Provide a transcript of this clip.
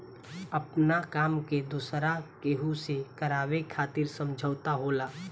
आपना काम के दोसरा केहू से करावे खातिर समझौता होला